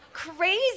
Crazy